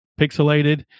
pixelated